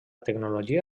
tecnologia